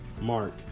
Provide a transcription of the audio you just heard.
Mark